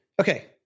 okay